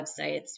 websites